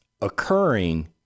occurring